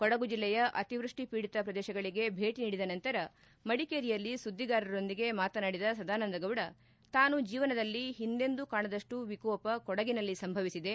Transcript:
ಕೊಡಗು ಜಿಲ್ಲೆಯ ಅತಿತ್ಯಷ್ಟಿ ಪೀಡಿತ ಶ್ರದೇಶಗಳಿಗೆ ಭೇಟಿ ನೀಡಿದ ನಂತರ ಮಡಿಕೇರಿಯಲ್ಲಿ ಸುದ್ದಿಗಾರರೊಂದಿಗೆ ಮಾತನಾಡಿದ ಸದಾನಂದಗೌಡ ತಾನು ಜೀವನದಲ್ಲಿ ಹಿಂದೆಂದೂ ಕಾಣದಷ್ಟು ವಿಕೋಪ ಕೊಡಗಿನಲ್ಲಿ ಸಂಭವಿಸಿದೆ